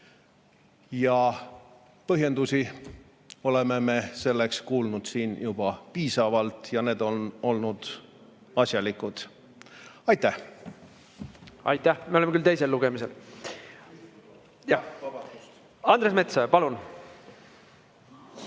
Põhjendusi selleks me oleme kuulnud siin juba piisavalt ja need on olnud asjalikud. Aitäh! Aitäh! Me oleme küll teisel lugemisel. Andres Metsoja, palun! Aitäh!